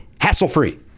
hassle-free